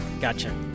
gotcha